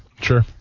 Sure